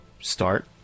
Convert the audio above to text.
start